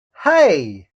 hey